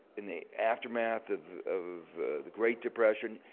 in the aftermath of of the great depression.